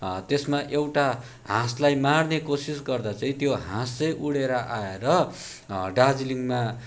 त्यसमा एउटा हाँसलाई मार्ने कोसिस गर्दा चाहिँ त्यो हाँस चाहिँ उडेर आएर दार्जिलिङमा